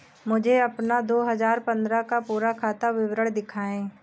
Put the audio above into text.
मुझे अपना दो हजार पन्द्रह का पूरा खाता विवरण दिखाएँ?